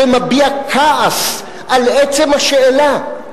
שמביע כעס על עצם השאלה.